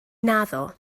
naddo